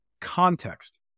context